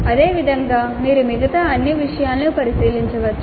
అదేవిధంగా మీరు మిగతా అన్ని విషయాలను పరిశీలించవచ్చు